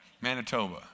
Manitoba